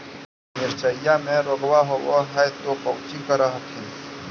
मिर्चया मे रोग्बा होब है तो कौची कर हखिन?